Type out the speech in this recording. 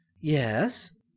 Yes